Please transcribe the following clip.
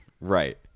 Right